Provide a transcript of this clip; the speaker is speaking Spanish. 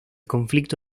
conflicto